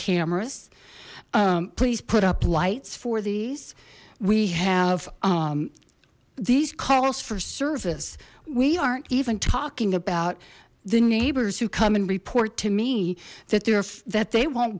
cameras please put up lights for these we have these calls for service we aren't even talking about the neighbors who come and report to me that there that they won't